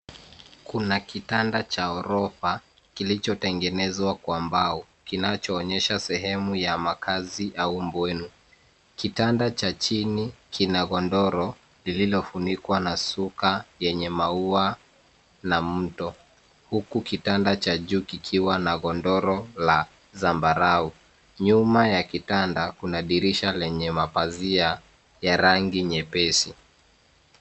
Kuna kitanda cha ghorofa kilichotengenezwa Kwa mbao kinachoonyesha sehemu ya makazi au bweni. Kitanda cha chini kina godoro lililofunikwa na shuka yenye maua na mto huku kitanda cha juu kikiwa na godoro la zambarau. Nyuma ya kitanda, kuna madirisha yenye mapazia ya rangi nyepesi.